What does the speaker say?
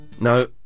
No